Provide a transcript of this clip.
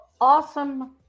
awesome